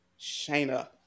Shayna